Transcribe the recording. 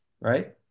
right